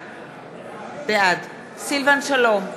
בעד סילבן שלום,